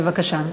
בבקשה.